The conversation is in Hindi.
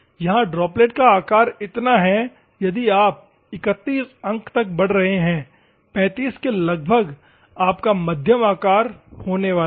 यहाँ ड्रॉपलेट का आकार इतना है यदि आप 31 अंक तक बढ़ रहे हैं 35 के लगभग आपका मध्यम आकार होने वाला है